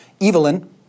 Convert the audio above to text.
Evelyn